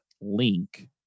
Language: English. link